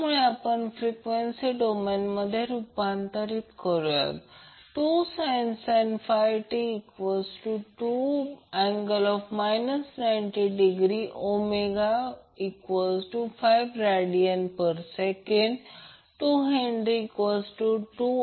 त्यामुळे आपण फ्रिक्वेंसी डोमेनमध्ये रूपांतर करूया 2sin 5t ⇒2∠ 90°ω5rads 2H⇒jωLj10 0